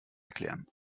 erklären